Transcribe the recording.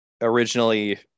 originally